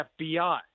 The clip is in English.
FBI